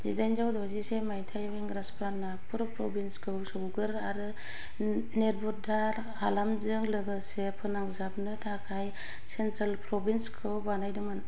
जिदाइनजौ द'जिसे माइथायाव इंराजफ्रा नागपुर प्रभिन्सखौ सौगोर आरो नेरबुद्दा हालामजों लोगोसे फोनांजाबनो थाखाय सेन्ट्रेल प्रभिन्सखौ बानायदोंमोन